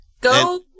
Go